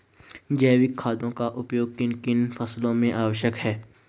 जैविक खादों का उपयोग किन किन फसलों में आवश्यक है?